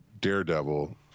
Daredevil